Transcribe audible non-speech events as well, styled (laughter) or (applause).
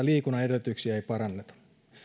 (unintelligible) liikunnan edellytyksiä ei paranneta